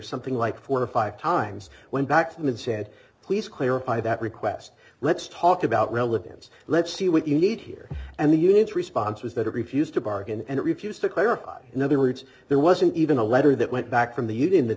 something like four or five times went back to them and said please clarify that request let's talk about relevance let's see what you need here and the unions response was that it refused to bargain and it refused to clarify in other words there wasn't even a letter that went back from the union that